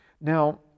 Now